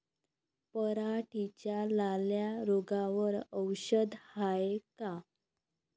पराटीच्या लाल्या रोगावर औषध हाये का?